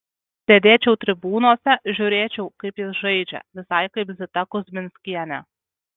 sėdėčiau tribūnose žiūrėčiau kaip jis žaidžia visai kaip zita kuzminskienė